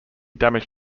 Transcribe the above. damage